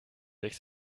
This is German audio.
sich